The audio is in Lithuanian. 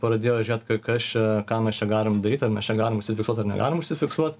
pradėjo žiūrėt kas čia ką mes čia galim daryt ar mes čia galim užsifiksuot negalim užsifiksuot